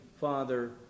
Father